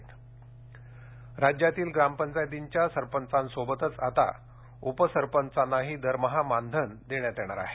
उपसरपंच राज्यातील ग्रामपंचायतींच्या सरपंचांबरोबर आता उपसरपंचांनाही दरमहा मानधन देण्यात येणार आहे